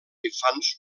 infants